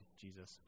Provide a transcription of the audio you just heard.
Jesus